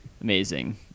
Amazing